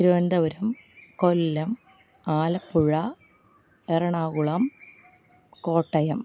Thiruvananthapuram Kollam Alappuzha Ernakulam Kottayam